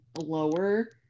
lower